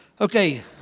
Okay